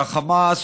והחמאס,